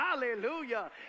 Hallelujah